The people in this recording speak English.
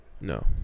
No